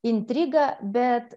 intrigą bet